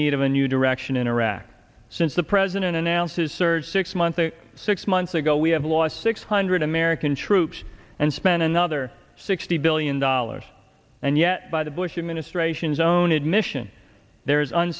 need of a new direction in iraq since the president announced his surge six months six months ago we have lost six hundred american troops and spent another sixty billion dollars and yet by the bush administration's own admission there is an